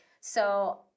So-